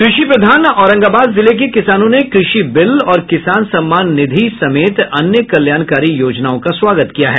कृषि प्रधान औरंगाबाद जिले के किसानों ने कृषि बिल और किसान सम्मान निधि समेत अन्य कल्याणकारी योजनाओं का स्वागत किया है